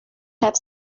have